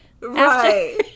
right